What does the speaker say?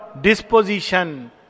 disposition